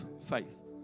Faith